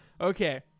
Okay